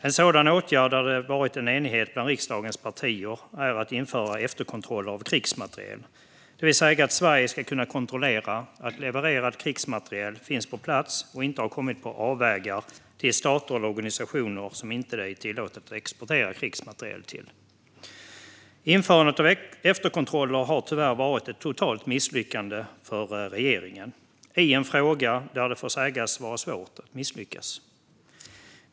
En sådan åtgärd, som det rått enighet om bland riksdagens partier, är att införa efterkontroller av krigsmateriel, det vill säga att Sverige ska kunna kontrollera att levererad krigsmateriel finns på plats och inte har kommit på avvägar till stater eller organisationer som det inte är tillåtet att exportera krigsmateriel till. Införandet av efterkontroller har tyvärr varit ett totalt misslyckande för regeringen i en fråga där det får sägas vara svårt att misslyckas.